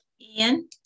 Ian